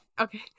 okay